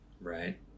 right